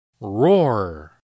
Roar